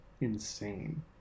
insane